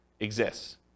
exists